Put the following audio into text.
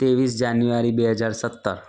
ત્રેવીસ જાન્યુઆરી બે હજાર સત્તર